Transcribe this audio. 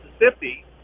Mississippi